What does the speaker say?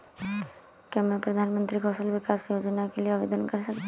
क्या मैं प्रधानमंत्री कौशल विकास योजना के लिए आवेदन कर सकता हूँ?